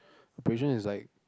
abrasion is like